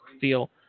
feel